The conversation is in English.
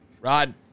Rod